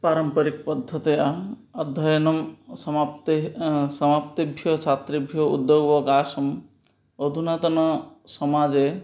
पारम्परिकपद्धत्या अध्ययनं समाप्तेः समाप्तेभ्यः छात्रेभ्यो उद्योगावकाशम् अधुनातनसमाजे